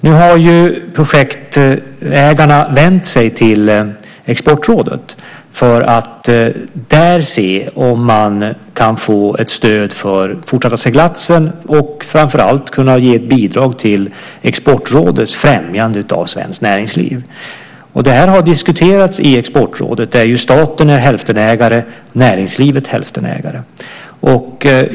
Nu har projektägarna vänt sig till Exportrådet för att där se om man kan få ett stöd för den fortsatta seglatsen och framför allt kunna ge ett bidrag till Exportrådets främjande av svenskt näringsliv. Det här har diskuterats i Exportrådet, där ju staten och näringslivet är hälftenägare.